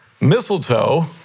mistletoe